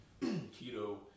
Keto